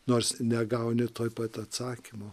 nors negauni tuoj pat atsakymo